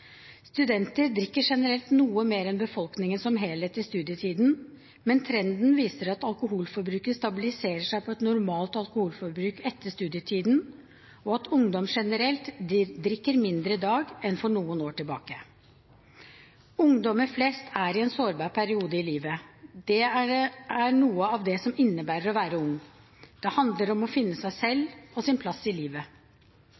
Studenter drikker generelt noe mer enn befolkningen som helhet i studietiden, men trenden viser at alkoholforbruket stabiliserer seg på et normalt forbruk etter studietiden, og at ungdom generelt drikker mindre i dag enn for noen år tilbake. Ungdommer flest er i en sårbar periode i livet, det er noe av det som det innebærer å være ung. Det handler om å finne seg